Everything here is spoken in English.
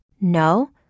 No